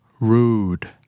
Rude